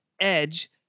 Edge